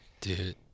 Dude